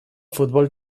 futbol